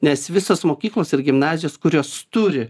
nes visos mokyklos ir gimnazijos kurios turi